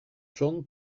john